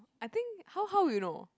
I think how how you know